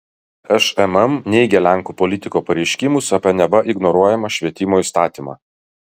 šmm neigia lenkų politiko pareiškimus apie neva ignoruojamą švietimo įstatymą